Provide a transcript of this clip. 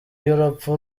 y’urupfu